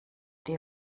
die